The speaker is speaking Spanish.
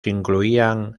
incluían